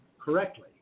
correctly